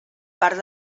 part